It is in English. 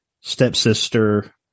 stepsister